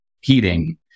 heating